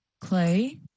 clay